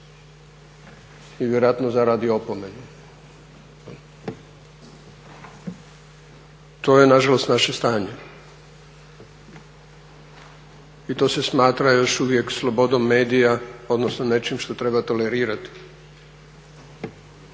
i vjerojatno zaradi opomenu to je nažalost naše stanje. I to se smatra još uvijek slobodom medija odnosno nečim što treba tolerirati.